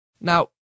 Now